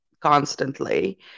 constantly